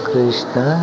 Krishna